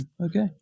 okay